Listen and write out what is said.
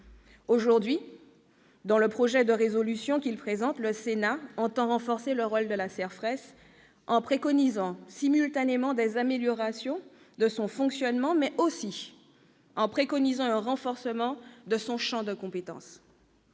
Aujourd'hui, dans le projet de résolution qu'il présente, le Sénat entend renforcer le rôle de la CERFRES, en préconisant simultanément des améliorations de son fonctionnement, mais aussi un renforcement de son champ de compétences.